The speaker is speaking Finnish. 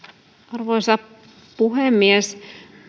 arvoisa puhemies